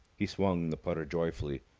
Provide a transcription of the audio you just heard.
he swung the putter joyfully.